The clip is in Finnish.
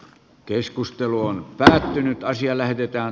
keskustelu on päättynyt asiaa lähdetään